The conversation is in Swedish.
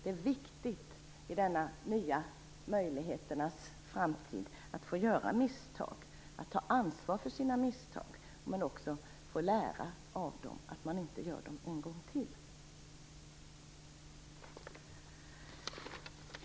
I denna de nya möjligheternas framtid är det viktigt att få göra misstag och att ta ansvar för sina misstag men också att få lära av dem så att man inte gör dem en gång till.